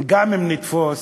גם אם נתפוס